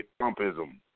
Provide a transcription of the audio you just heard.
Trumpism